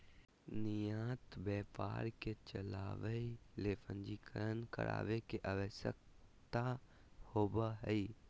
निर्यात व्यापार के चलावय ले पंजीकरण करावय के आवश्यकता होबो हइ